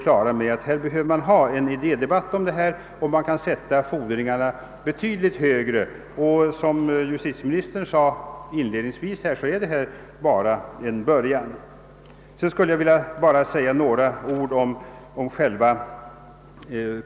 Vad man här behöver är en idédebatt, och fordringarna på ett miljövårdsprogram bör därför sättas betydligt högre. Såsom justitieministern inledningsvis framhöll är det som nu sker bara en början. Allra sist skulle jag, herr talman, vilja säga några ord om en annan sak.